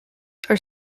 are